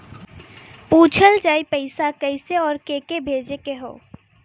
पूछल जाई पइसा कैसे अउर के के भेजे के हौ